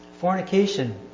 fornication